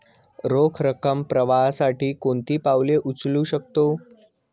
रोख रकम प्रवाहासाठी कोणती पावले उचलू शकतो?